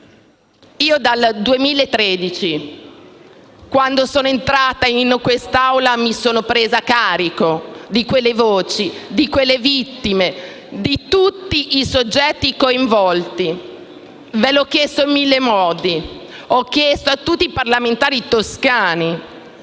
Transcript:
Dal 2013, quando sono entrata in quest'Aula, mi sono presa carico di quelle voci, di quelle vittime e di tutti i soggetti coinvolti. Ve l'ho chiesto in mille modi. Ho chiesto a tutti i parlamentari toscani